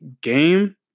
game